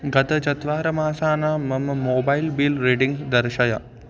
गत चत्वारि मासानां मम मोबैल् बिल् रीडिङ्ग् दर्शय